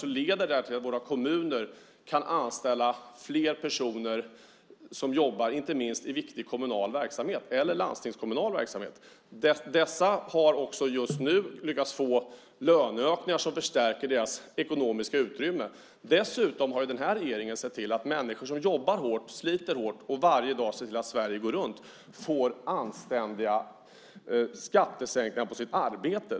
Det leder till att våra kommuner kan anställa fler personer som jobbar, inte minst i viktig kommunal eller landstingskommunal verksamhet. Där har man nu fått löneökningar som förstärker det ekonomiska utrymmet. Dessutom har den här regeringen sett till att människor som jobbar och sliter hårt varje dag för att se till att Sverige går runt får anständiga skattesänkningar för sitt arbete.